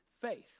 faith